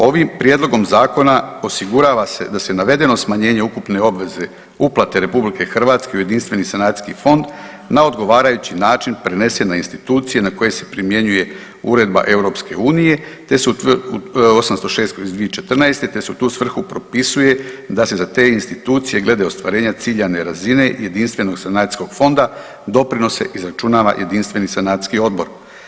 Ovim prijedlogom zakona osigurava se da se navedeno smanjenje ukupne obveze uplate RH u jedinstveni sanacijski fond na odgovarajući način prenese na institucije na koje se primjenjuje uredba EU 806/2014. te se u tu svrhu propisuje da se za te institucije glede ostvarenja ciljane razine jedinstvenog sanacijskog fonda doprinose izračunava jedinstveni sanacijski odbor.